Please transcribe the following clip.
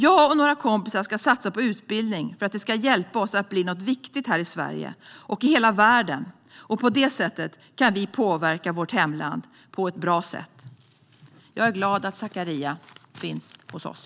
Jag och några kompisar ska satsa på utbildning för att det ska hjälpa oss att bli något viktigt här i Sverige och i hela världen och på det sättet kan vi påverka vårt hemland på ett bra sätt." Jag är glad att Zakaria finns hos oss.